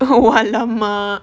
oh !alamak!